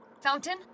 Fountain